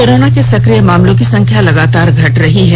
corona के सक्रिय मामलों की संख्या लागातार घट रही है